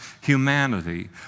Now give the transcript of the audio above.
humanity